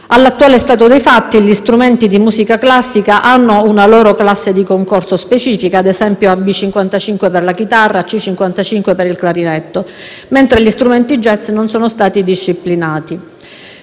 all'attuale stato dei fatti gli strumenti di musica classica hanno una loro classe di concorso specifica (ad esempio AB55 per la chitarra, AC55 per il clarinetto) mentre gli strumenti *jazz* non sono stati disciplinati;